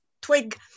twig